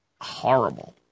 horrible